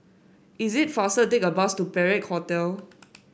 is it faster take a bus to Perak Hotel